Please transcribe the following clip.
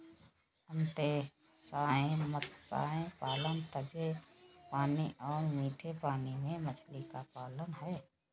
अंतर्देशीय मत्स्य पालन ताजे पानी और मीठे पानी में मछली का पालन है